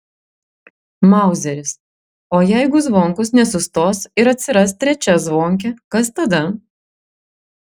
mauzeris o jeigu zvonkus nesustos ir atsiras trečia zvonkė kas tada